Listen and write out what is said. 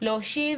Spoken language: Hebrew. להושיב